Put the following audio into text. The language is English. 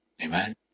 Amen